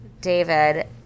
David